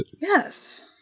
Yes